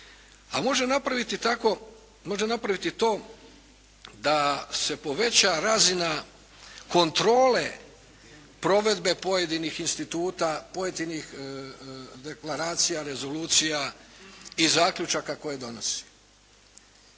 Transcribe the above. može napraviti to da se poveća razina kontrole provedbe pojedinih instituta, pojedinih deklaracija, rezolucija i zaključaka koje donosi.